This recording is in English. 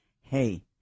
Hey